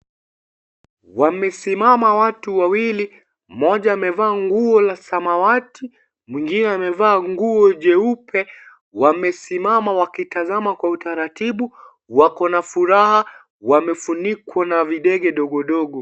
Wamesimama watu wawili, mmoja amevaa nguo la samawati, mwingine amevaa nguo jeupe. Wamesimama wakitazama kwa utaratibu, wakona furaha, wamefunikwa na videge dogo dogo.